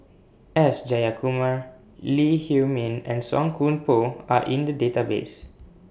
S Jayakumar Lee Huei Min and Song Koon Poh Are in The Database